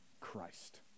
christ